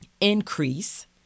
increase